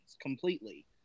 completely